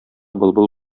былбыл